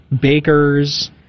bakers